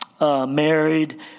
married